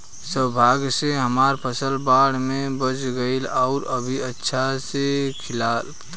सौभाग्य से हमर फसल बाढ़ में बच गइल आउर अभी अच्छा से खिलता